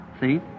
See